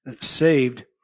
saved